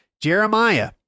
Jeremiah